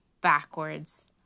backwards